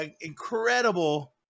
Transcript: incredible